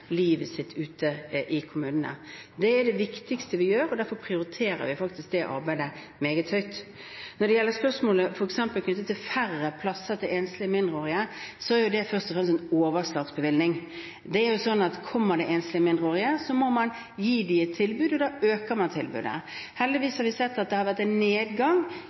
livet sitt ute i en kommune. Det er det viktigste vi gjør, derfor prioriterer vi faktisk det arbeidet meget høyt. Når det f.eks. gjelder spørsmålet knyttet til færre plasser til enslige mindreårige, er det først og fremst en overslagsbevilgning. Kommer det enslige mindreårige, må man gi dem et tilbud, og da øker man tilbudet. Heldigvis har vi sett at det i forhold til tidligere har vært en nedgang